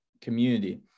community